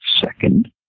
second